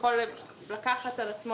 יכול לקחת על עצמו